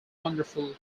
wonderful